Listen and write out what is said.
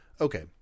Okay